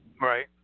Right